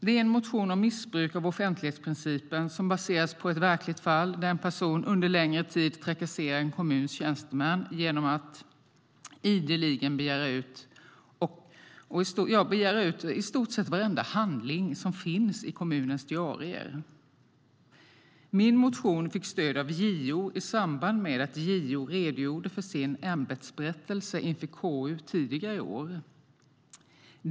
Det är en motion om missbruk av offentlighetsprincipen och baseras på ett verkligt fall där en person under en längre tid trakasserat en kommuns tjänstemän genom att begära ut i stort sett varenda handling som finns i kommunens diarier. Min motion fick stöd av JO i samband med att JO redogjorde för sin ämbetsberättelse inför KU tidigare i år.